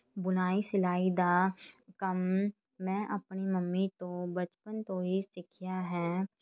ਬੁਣਾਈ ਸਿਲਾਈ ਦਾ ਕੰਮ ਮੈਂ ਆਪਣੀ ਮੰਮੀ ਤੋਂ ਬਚਪਨ ਤੋਂ ਹੀ ਸਿੱਖਿਆ ਹੈ